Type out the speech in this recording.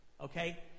okay